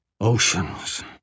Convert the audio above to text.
Oceans